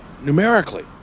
numerically